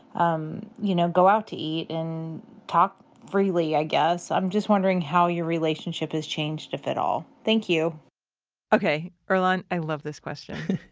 um, you know, go out to eat and talk freely, i guess, i'm just wondering how your relationship has changed, if at all thank you okay. earlonne, i love this question.